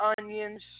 onions